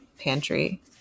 pantry